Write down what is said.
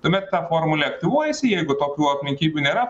tuomet ta formulė aktyvuojasi jeigu tokių aplinkybių nėra